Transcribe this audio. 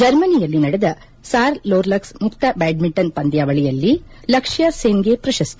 ಜರ್ಮನಿಯಲ್ಲಿ ನಡೆದ ಸಾರ್ಲೋರ್ಲಕ್ಲೆ ಮುಕ್ತ ಬ್ಯಾಡ್ಮಿಂಟನ್ ಪಂದ್ವಾವಳಿಯಲ್ಲಿ ಲಕ್ಷ್ಮಸೆನ್ಗೆ ಪ್ರಶಸ್ತಿ